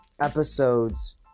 episodes